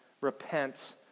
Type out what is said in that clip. repent